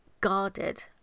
guarded